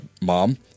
mom